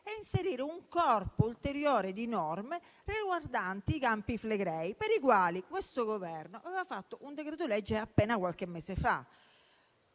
aggiungere un corpo ulteriore di norme riguardanti i Campi Flegrei, per i quali il Governo aveva emanato un decreto-legge appena qualche mese fa.